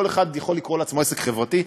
כל אחד יכול לקרוא לעצמו עסק חברתי.